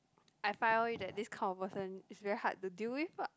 I find that this kind of person is very hard to deal with ah